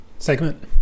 Segment